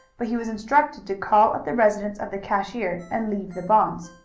but he was instructed to call at the residence of the cashier and leave the bonds.